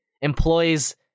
employs